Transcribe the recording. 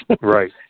Right